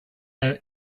owe